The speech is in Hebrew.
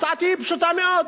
הצעתי היא פשוטה מאוד: